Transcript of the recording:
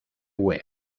web